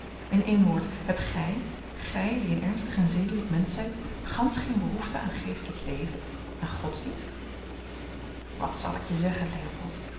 in één woord hebt gij gij die een ernstig en zedelijk mensch zijt gansch geene behoefte aan geestelijk leven aan godsdienst wat zal ik je zeggen leopold